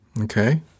Okay